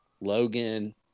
Logan